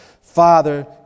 Father